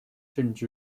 甚至